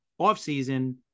offseason